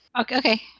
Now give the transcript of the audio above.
Okay